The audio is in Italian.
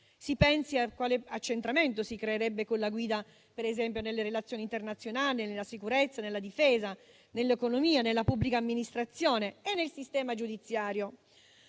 Si pensi a quale accentramento si creerebbe nella guida, per esempio, delle relazioni internazionali, della sicurezza, della difesa, dell'economia, della pubblica amministrazione e del sistema giudiziario;